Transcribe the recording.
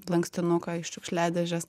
lankstinuką iš šiukšliadėžės